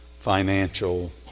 financial